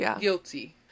guilty